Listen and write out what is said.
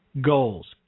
goals